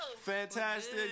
Fantastic